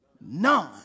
none